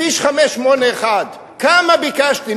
כביש 581. כמה ביקשתי,